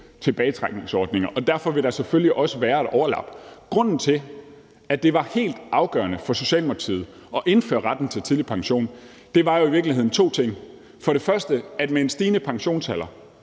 tilbagetrækningsordninger, og derfor vil der selvfølgelig også være et overlap. Grunden til, at det var helt afgørende for Socialdemokratiet at indføre retten til tidlig pension, var i virkeligheden to ting. For det første kan vi med en stigende pensionsalder